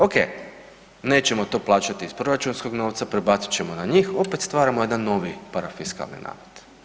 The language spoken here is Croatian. Okej, nećemo to plaćati iz proračunskog novca, prebacit ćemo na njih, opet stvaramo jedan novi parafiskalni namet.